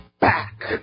back